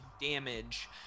damage